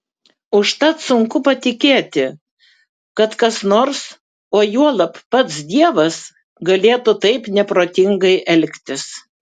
užtat sunku patikėti kad kas nors o juolab pats dievas galėtų taip neprotingai elgtis